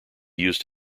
used